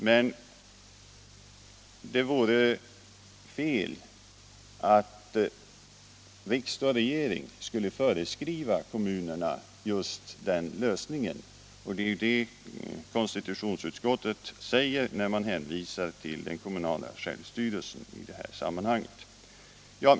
Men det vore fel om riksdag och regering skulle föreskriva kommunerna just den lösningen. Det är ju det konstitutionsutskottet säger när man hänvisar till den kommunala självstyrelsen i detta sammanhang.